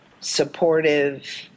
supportive